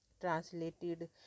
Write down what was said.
translated